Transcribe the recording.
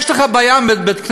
יש לך בעיה עם בית-כנסת,